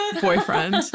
boyfriend